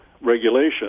regulation